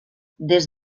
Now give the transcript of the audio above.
des